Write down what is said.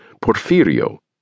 Porfirio